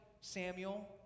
Samuel